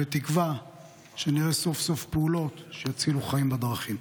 בתקווה שנראה סוף-סוף פעולות שיצילו חיים בדרכים.